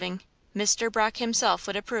mr. brock himself would approve.